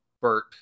Bert